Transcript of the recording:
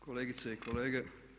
Kolegice i kolege.